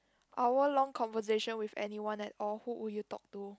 hour long conversation with anyone at all who would you talk to